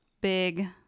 big